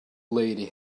lady